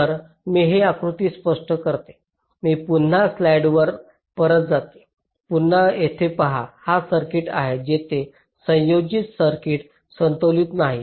तर मी हे आकृती स्पष्ट करते मी पुन्हा स्लाइडवर परत जाते तुम्ही येथे पहा हा सर्किट आहे जेथे संयोजित सर्किट संतुलित नाही